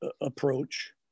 approach